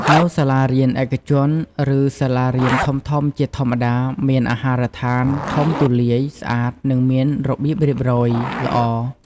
នៅសាលារៀនឯកជន ឬសាលារៀនធំៗជាធម្មតា មាន អាហារដ្ឋាន ធំទូលាយ ស្អាត និងមានរបៀបរៀបរយល្អ។